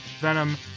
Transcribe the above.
Venom